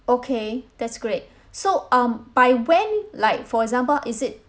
okay that's great so um by when like for example is it